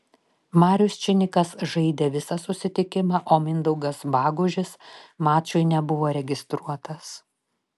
marius činikas žaidė visą susitikimą o mindaugas bagužis mačui nebuvo registruotas